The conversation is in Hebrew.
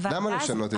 למה לשנות את זה?